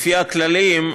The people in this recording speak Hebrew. לפי הכללים,